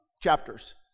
chapters